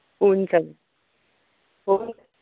हुन्छ हुन्छ हुन्छ हुन्छ